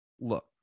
Look